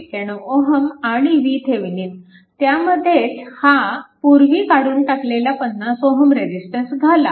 91 Ω आणि VThevenin त्यामध्येच हा पूर्वी काढून टाकलेला 50 Ω रेजिस्टन्स घाला